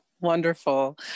wonderful